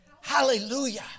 Hallelujah